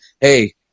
hey